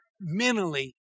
mentally